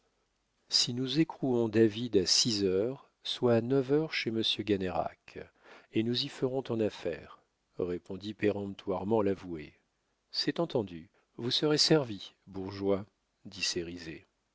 si nous écrouons david à six heures sois à neuf heures chez monsieur gannerac et nous y ferons ton affaire répondit péremptoirement l'avoué c'est entendu vous serez servi bourgeois